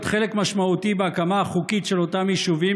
להיות חלק משמעותי בהקמה החוקית של אותם יישובים